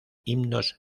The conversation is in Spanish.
himnos